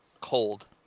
cold